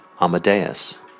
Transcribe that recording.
Amadeus